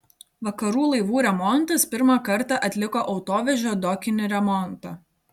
vakarų laivų remontas pirmą kartą atliko autovežio dokinį remontą